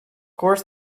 course